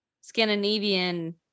Scandinavian